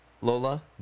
Lola